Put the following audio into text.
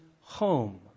home